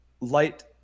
Light